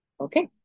okay